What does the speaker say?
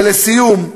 ולסיום,